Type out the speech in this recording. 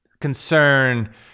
concern